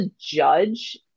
judge